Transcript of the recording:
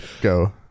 go